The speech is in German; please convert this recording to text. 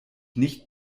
nicht